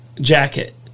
jacket